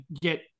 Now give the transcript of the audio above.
get